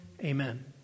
Amen